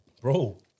Bro